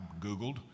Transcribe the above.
Googled